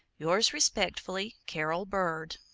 yours respectfully, carol bird.